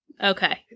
Okay